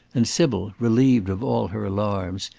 and sybil, relieved of all her alarms,